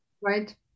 Right